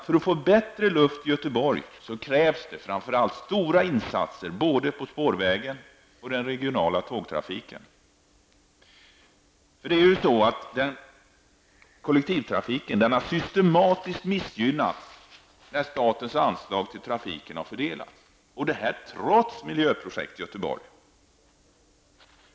För att få bättre luft i Göteborg krävs mycket stora insatser både för spårvägen och för den regionala tågtrafiken. Tyvärr har dock kollektivtrafiken systematiskt missgynnats när statens anslag till trafiken har fördelats -- trots Miljöprojekt Göteborg.